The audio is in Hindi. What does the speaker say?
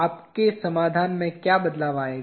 आपके समाधान में क्या बदलाव आएगा